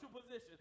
position